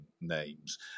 names